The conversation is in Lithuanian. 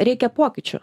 reikia pokyčių